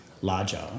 larger